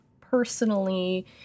personally